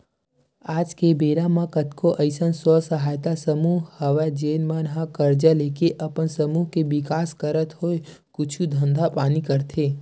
आज के बेरा म कतको अइसन स्व सहायता समूह हवय जेन मन ह करजा लेके अपन समूह के बिकास करत होय कुछु धंधा पानी करथे